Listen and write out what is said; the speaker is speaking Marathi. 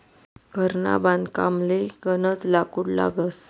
घरना बांधकामले गनज लाकूड लागस